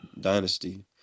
dynasty